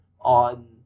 on